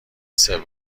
سوم